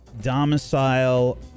domicile